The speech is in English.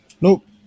nope